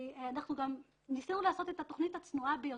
כי ניסינו גם לעשות את התוכנית הצנועה ביותר.